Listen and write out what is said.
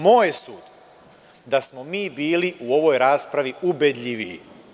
Moje su, da smo mi bili u ovoj raspravi ubedljiviji.